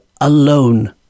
alone